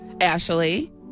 Ashley